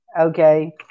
Okay